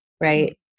right